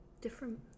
Different